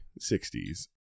60s